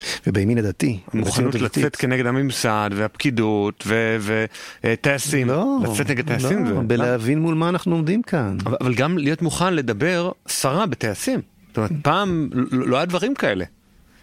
ובימין הדתי, המוכנות לצאת כנגד הממסד, והפקידות, וטייסים, לצאת כנגד טייסים. לא, בלהבין מול מה אנחנו עומדים כאן. אבל גם להיות מוכן לדבר סרה בטייסים. פעם לא היו דברים כאלה.